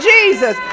Jesus